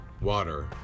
water